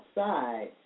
outside